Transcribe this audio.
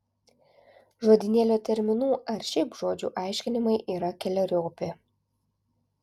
žodynėlio terminų ar šiaip žodžių aiškinimai yra keleriopi